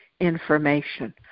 information